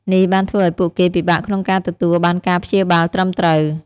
នេះបានធ្វើឱ្យពួកគេពិបាកក្នុងការទទួលបានការព្យាបាលត្រឹមត្រូវ។